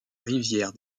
rivière